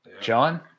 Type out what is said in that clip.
John